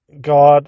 God